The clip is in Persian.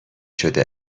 شده